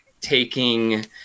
taking